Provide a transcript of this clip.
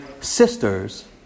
sisters